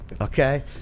Okay